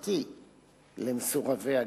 בחקיקה פתרון הלכתי למסורבי הגט.